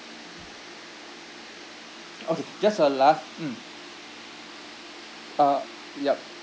okay just a last mm uh yup